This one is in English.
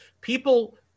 people